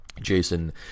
Jason